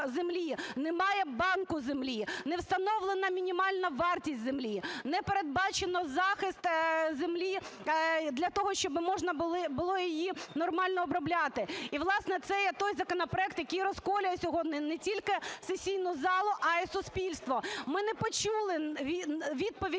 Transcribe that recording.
немає банку землі, не встановлена мінімальна вартість землі, не передбачено захист землі для того, щоб можна було її нормально обробляти. І, власне, це є той законопроект, який розколює сьогодні не тільки сесійну залу, а і суспільство. Ми не почули відповіді